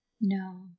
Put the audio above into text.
No